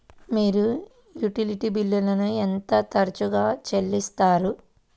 మీరు యుటిలిటీ బిల్లులను ఎంత తరచుగా చెల్లిస్తారు?